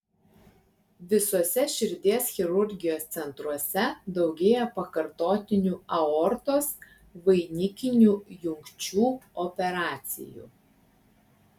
visuose širdies chirurgijos centruose daugėja pakartotinių aortos vainikinių jungčių operacijų